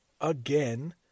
again